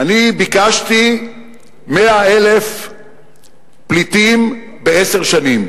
אני ביקשתי 100,000 פליטים בעשר שנים.